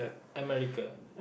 America